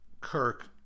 kirk